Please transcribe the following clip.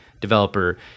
developer